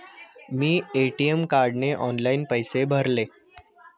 मी ATM कार्डने online पैसे भरले